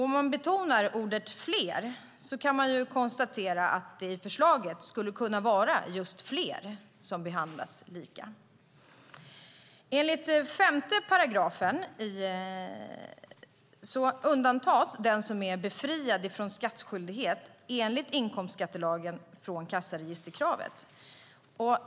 Om man betonar ordet "fler" kan man konstatera att det i förslaget skulle kunna vara just fler som behandlas lika. Enligt 5 § undantas nämligen den som är befriad från skattskyldighet enligt inkomstskattelagen från kassaregisterkravet.